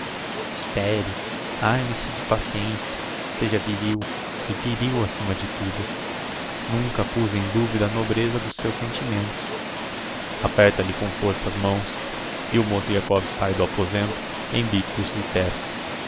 espére arme se de paciencia seja viril e viril acima de tudo nunca puz em duvida a nobreza dos seus sentimentos aperta lhe com força as mãos e o mozgliakov sáe do aposento em bicos de pés